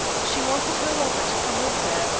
she wanted her lover to come with her,